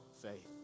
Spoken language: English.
faith